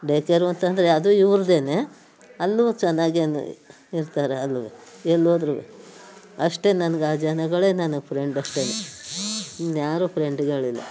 day care ಅಂತಂದರೆ ಅದು ಇವ್ರದ್ದೇನೇ ಅಲ್ಲೂ ಚೆನ್ನಾಗೇ ಇರ್ತಾರೆ ಅಲ್ಲೂ ಎಲ್ಲೋದ್ರೂ ಅಷ್ಟೇ ನನ್ಗೆ ಆ ಜನಗಳೇ ನನ್ನ ಫ್ರೆಂಡು ಅಷ್ಟೇನೇ ಇನ್ಯಾರು ಫ್ರೆಂಡ್ಗಳಿಲ್ಲ